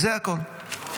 זה הכול.